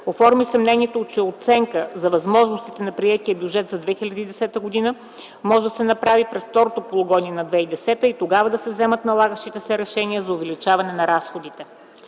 Оформи се мнението, че оценка за възможностите на приетия бюджет за 2010 г. може да се направи през второто полугодие на 2010 г. и тогава да се вземат налагащите се решения за увеличаване на разходите.